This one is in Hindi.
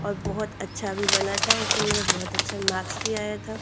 और बहुत अच्छा भी बना था और उसमें मेरे बहुत अच्छे मार्क्स भी आए थे